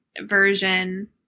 version